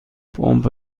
پمپ